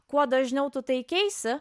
kuo dažniau tu teikeisi